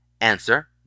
Answer